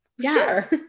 sure